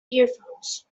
earphones